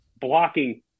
blocking